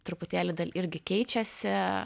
truputėlį irgi keičiasi